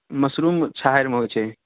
mushroom छाहरिमे होइ छै